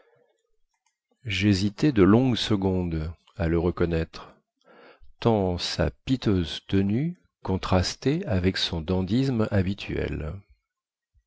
jhésitai de longues secondes à le reconnaître tant sa piteuse tenue contrastait avec son dandysme habituel